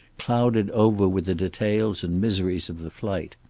clouded over with the details and miseries of the flight.